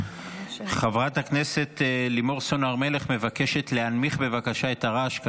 חברת הכנסת לימור סון הר מלך מבקשת להנמיך בבקשה את הרעש.